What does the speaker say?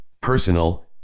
Personal